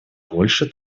больше